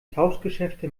tauschgeschäfte